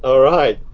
ah right.